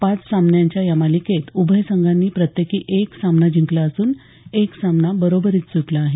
पाच सामन्यांच्या या मालिकेत उभय संघांनी प्रत्येकी एक सामना जिंकला असून एक सामना बरोबरीत सुटला आहे